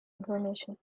information